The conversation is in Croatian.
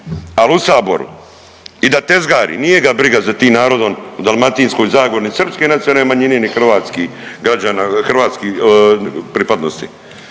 ali u Saboru i da tezgari. Nije ga briga za tim narodom u Dalmatinskoj zagori ni srpske nacionalne manjine, ni hrvatskih građana,